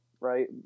right